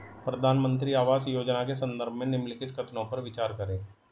प्रधानमंत्री आवास योजना के संदर्भ में निम्नलिखित कथनों पर विचार करें?